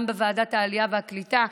גם בוועדת העלייה והקליטה,